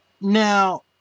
Now